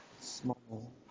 Small